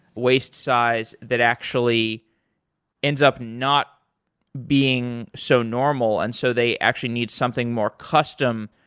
waist size that actually ends up not being so normal, and so they actually need something more custom.